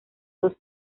dos